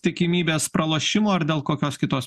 tikimybės pralošimo ar dėl kokios kitos